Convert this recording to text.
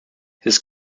his